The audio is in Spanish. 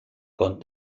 con